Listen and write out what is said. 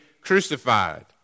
crucified